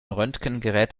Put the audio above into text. röntgengerät